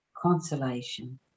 consolation